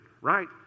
right